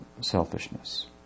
selfishness